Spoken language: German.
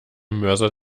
mörser